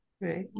right